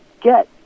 get